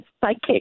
psychic